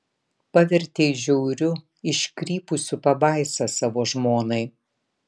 pavertei žiauriu iškrypusiu pabaisa savo žmonai